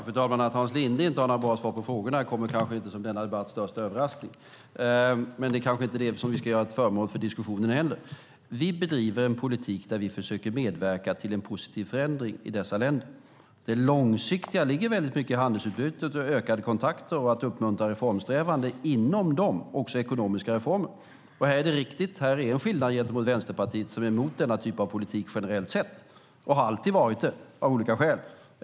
Fru talman! Att Hans Linde inte har något bra svar på frågorna kommer kanske inte som denna debatts största överraskning. Men det kanske inte heller är det som vi ska göra till föremål för diskussionen. Vi bedriver en politik där vi försöker medverka till en positiv förändring i dessa länder. Det långsiktiga ligger mycket i handelsutbytet, i ökade kontakter och i att uppmuntra reformsträvande inom detta också när det gäller ekonomiska reformer. Det är riktigt att här finns en skillnad gentemot Vänsterpartiet, som är emot denna typ av politik generellt sett. Det har de alltid varit av olika skäl.